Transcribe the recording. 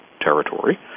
territory